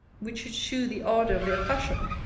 which should shew the ardour of their passion,